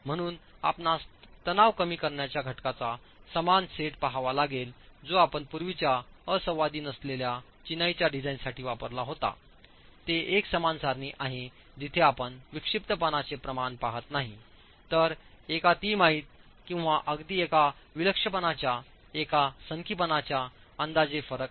म्हणून आपणास तणाव कमी करण्याच्या घटकाचा समान सेट पहावा लागेल जो आपण पूर्वीच्या असंवादी नसलेल्या चिनाईच्या डिझाइनसाठी वापरला होता ते एक समान सारणी आहे जिथे आपण विक्षिप्तपणाचे प्रमाण पाहत नाही तर एका तिमाहीत किंवा अगदी एका विलक्षणपणाच्या एका सनकीपणाच्या अंदाजे फरक आहे